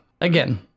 Again